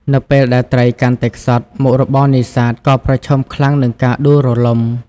នៅពេលដែលត្រីកាន់តែខ្សត់ មុខរបរនេសាទក៏ប្រឈមខ្លាំងនឹងការដួលរលំ។